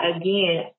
again